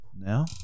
now